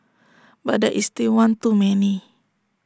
but that is still one too many